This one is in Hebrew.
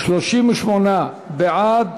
38 בעד,